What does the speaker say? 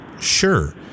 Sure